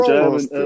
German